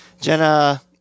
Jenna